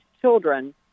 children